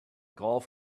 golf